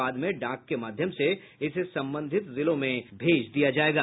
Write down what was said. बाद में डाक के माध्यम से इसे संबंधित जिलों में भेज दिया जायेगा